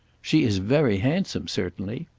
she is very handsome, certainly.